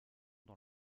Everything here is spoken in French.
dans